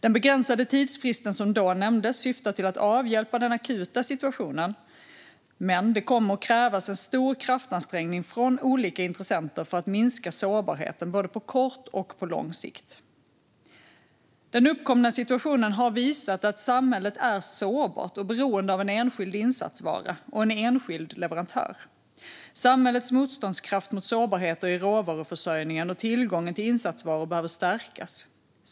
Den begränsade tidsfrist som då nämndes syftar till att avhjälpa den akuta situationen, men det kommer att krävas en stor kraftansträngning från olika intressenter för att minska sårbarheten både på kort och på lång sikt. Den uppkomna situationen har visat att samhället är sårbart och beroende av en enskild insatsvara och en enskild leverantör. Samhällets motståndskraft mot sårbarheter i råvaruförsörjningen och tillgången till insatsvaror behöver stärkas.